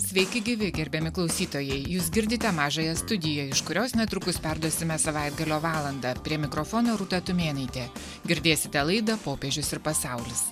sveiki gyvi gerbiami klausytojai jūs girdite mažąją studiją iš kurios netrukus perduosime savaitgalio valandą prie mikrofono rūta tumėnaitė girdėsite laidą popiežius ir pasaulis